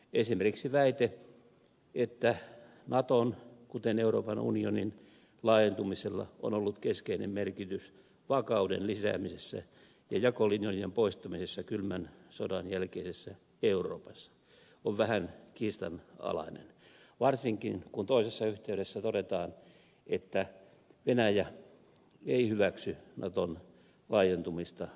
esimerkiksi väite että naton kuten euroopan unionin laajentumisella on ollut keskeinen merkitys vakauden lisäämisessä ja jakolinjojen poistamisessa kylmän sodan jälkeisessä euroopassa on vähän kiistanalainen varsinkin kun toisessa yhteydessä todetaan että venäjä ei hyväksy naton laajentumista rajoilleen